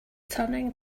turning